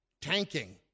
tanking